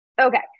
Okay